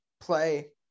play